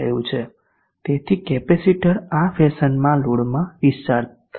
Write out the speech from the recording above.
તેથી કેપેસિટર આ ફેશનમાં લોડમાં ડીસ્ચાર્જ થશે